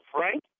Frank